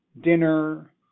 dinner